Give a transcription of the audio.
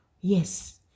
Yes